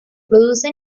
produce